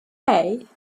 hey